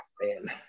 man